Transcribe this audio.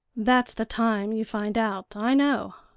that's the time you find out. i know.